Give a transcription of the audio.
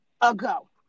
ago